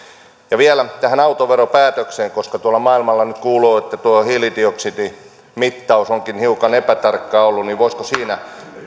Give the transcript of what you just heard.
vielä tähän autoveropäätökseen koska tuolla maailmalla nyt kuuluu että tuo hiilidioksidimittaus onkin hiukan epätarkka ollut niin voisiko siinä